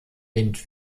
wind